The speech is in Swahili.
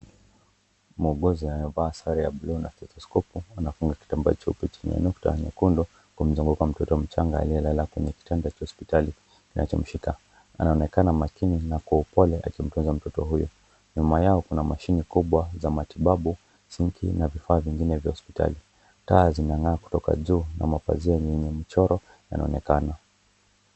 Muuguzi amevaa sare ya blu na stethoskopu anafunga kitambaa cheupe chenye nukta nyekundu kumzunguka mtoto mchanga aliyelala kwenye kitanda cha hospitali kinachomsika . Anaonekana makini na kwa upole akimtunza mtoto huyu . Nyuma yao kuna mashini kubwa za matibabu ,sinki na vifaa vingine vya hospitali . Taa zinang'aa kutoka juu na mapazia yenye michoro yanaonekana.